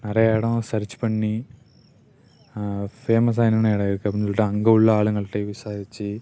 நிறையா இடம் சர்ச் பண்ணி ஃபேமஸாக என்னன்ன இடம் இருக்குது அப்படின்னு சொல்லிட்டு அங்கே உள்ள ஆளுங்கள்கிட்ட விசாரித்து